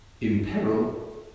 imperil